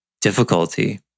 difficulty